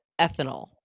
ethanol